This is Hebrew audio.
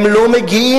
הם לא מגיעים,